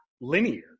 linear